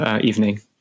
evening